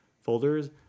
folders